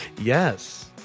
Yes